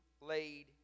laid